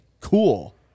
cool